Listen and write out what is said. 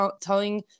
telling